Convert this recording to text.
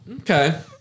Okay